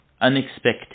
unexpected